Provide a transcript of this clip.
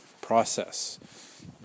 process